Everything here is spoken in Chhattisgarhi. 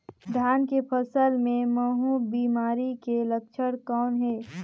धान के फसल मे महू बिमारी के लक्षण कौन हे?